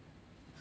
ya